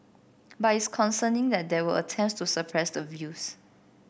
but it's concerning that there were attempts to suppress the views